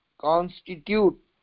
constitute